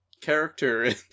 character